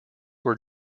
were